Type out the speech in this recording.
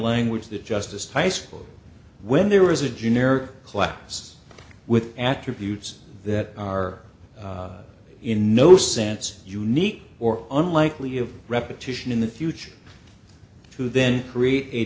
language that justice high school when there is a generic class with attributes that are in no sense unique or unlikely of repetition in the future to then create a